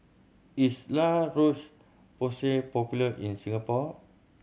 is La Roche Porsay popular in Singapore